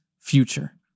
future